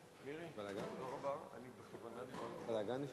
חוק ומשפט אני מתכבד להביא בפניכם את